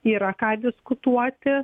yra ką diskutuoti